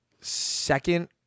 second